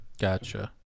Gotcha